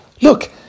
look